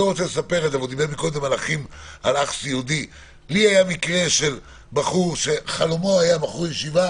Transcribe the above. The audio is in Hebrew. דובר קודם על אח סיעודי היה בחור ישיבה